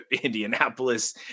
indianapolis